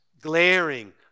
glaring